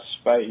space